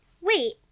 Wait